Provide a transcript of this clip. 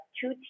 two